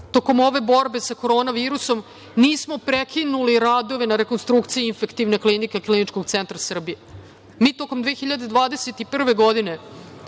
tokom ove borbe sa korona virusom nismo prekinuli radove na rekonstrukciji Infektivne klinike Kliničkog centra Srbije. Mi tokom 2021. godine